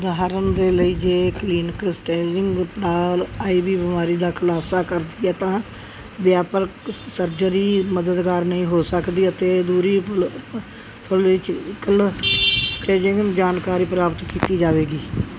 ਉਦਾਹਰਣ ਦੇ ਲਈ ਜੇ ਕਲੀਨਿਕਲ ਸਟੇਜਿੰਗ ਪੜਾਅ ਆਈ ਵੀ ਬਿਮਾਰੀ ਦਾ ਖੁਲਾਸਾ ਕਰਦੀ ਹੈ ਤਾਂ ਵਿਆਪਕ ਸਰਜਰੀ ਮਦਦਗਾਰ ਨਹੀਂ ਹੋ ਸਕਦੀ ਅਤੇ ਅਧੂਰੀ ਪੈਲੋਜੀਕਲ ਸਟੇਜਿੰਗ ਜਾਣਕਾਰੀ ਪ੍ਰਾਪਤ ਕੀਤੀ ਜਾਵੇਗੀ